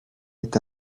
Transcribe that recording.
est